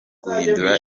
guhindura